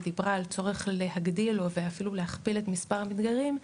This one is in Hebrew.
דיברה על הצורך להגדיל ואפילו להכפיל את מספר המתגיירים,